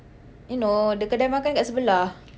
you know the kedai makan dekat sebelah